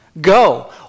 Go